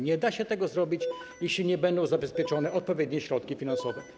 Nie da się tego zrobić, jeśli nie będą zabezpieczone odpowiednie środki finansowe.